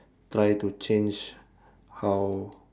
try to change how